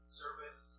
service